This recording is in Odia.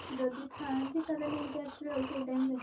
ଯଦି ଥାଆନ୍ତି ତା'ହେଲେ ନେଇକି ଆସିବେ ଆଉ ସେଇ ଟାଇମ୍ରେ